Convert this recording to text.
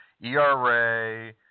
ERA